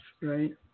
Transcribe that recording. right